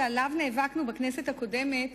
שעליו נאבקנו בכנסת הקודמת,